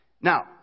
Now